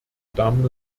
damen